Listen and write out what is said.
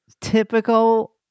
Typical